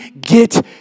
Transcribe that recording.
get